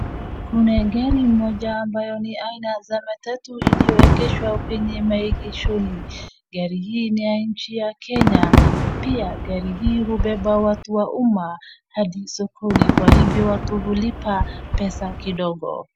Kuna gari moja ambayo ni aina za matatu iliyoegeshwa kwenye maegeshoni. Gari hii ni ya nchi ya Kenya. Pia gari hii hubeba watu waumma hadi sokoni kwa hivyo watu hulipa pesa kidogo.